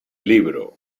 libro